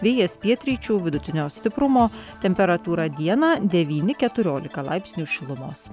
vėjas pietryčių vidutinio stiprumo temperatūra dieną devyni keturiolika laipsnių šilumos